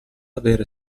avere